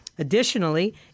Additionally